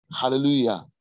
Hallelujah